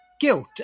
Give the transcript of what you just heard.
guilt